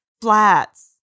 Flats